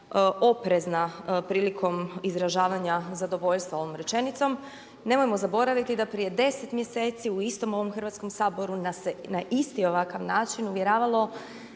oprezna prilikom izražavanja zadovoljstva ovom rečenicom, nemojmo zaboraviti da prije 10 mjeseci u istom ovom Hrvatskom saboru nas se na isti ovakav način uvjeravalo